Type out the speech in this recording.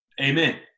Amen